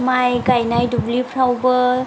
माइ गायनाय दुब्लिफ्रावबो